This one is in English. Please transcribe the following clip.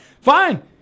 fine